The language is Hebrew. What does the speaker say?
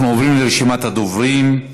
אנחנו עוברים לרשימת הדוברים.